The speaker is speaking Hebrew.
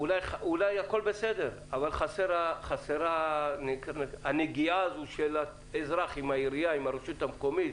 אולי הכול בסדר אבל חסרה הנגיעה של האזרח עם הרשות המקומית,